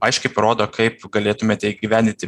aiškiai parodo kaip galėtumėte įgyvendinti